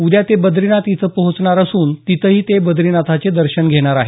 उद्या ते बद्रीनाथ इथं पोहचणार असून तिथंही ते बद्रीनाथाचे दर्शन घेणार आहेत